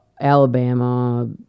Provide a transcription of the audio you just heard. Alabama